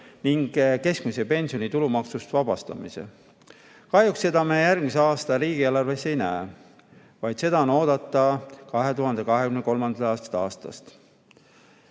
ning keskmise pensioni tulumaksust vabastamise. Kahjuks seda me järgmise aasta riigieelarves ei näe, seda on oodata alates 2023. aastast.